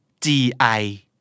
G-I